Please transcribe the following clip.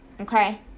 okay